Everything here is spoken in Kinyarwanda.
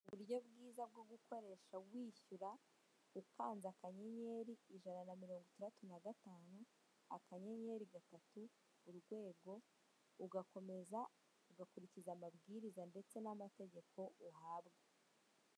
Uburyo bwo bwiza bwo gukoresha wishyura ukanze akanyenyeri ijana na mirongo itaratu na gatanu akanyenyeri gatatu urwego ugakomeza ugakurikiza amabwiriza ndetse n'amategeko uhabwa.